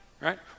right